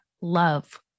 love